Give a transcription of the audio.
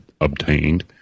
obtained